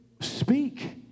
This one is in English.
speak